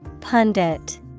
Pundit